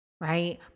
right